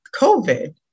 COVID